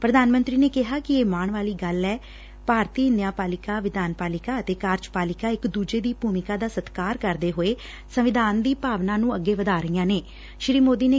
ਪ੍ਰਧਾਨ ਮੰਤਰੀ ਨੇ ਕਿਹਾ ਕਿ ਇਹ ਮਾਣ ਵਾਲੀ ਗੱਲ ਐ ਭਾਰਤੀ ਨਿਆਂ ਪਾਲਿਕਾ ਵਿਧਾਨ ਪਾਲਿਕਾ ਅਤੇ ਕਾਰਜਪਾਲਿਕਾ ਇਕ ਦੁਜੇ ਦੀ ਭੁਮਿਕਾ ਦਾ ਸਤਿਕਾਰ ਕਰਦੇ ਹੋਏ ਸੰਵਿਧਾਨ ਦੀ ਭਾਵਨਾ ਨੁੰ ਅੱਧੇ ਵਧਾ ਰਹੀਆਂ ਨੇ